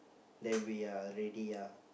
then we are already are